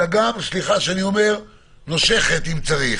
אלא גם נושכת אם צריך.